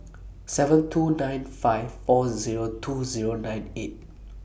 seven two nine five four Zero two Zero nine eight